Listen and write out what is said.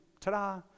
ta-da